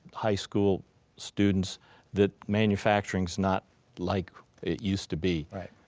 high school students that manufacturing is not like it used to be. right.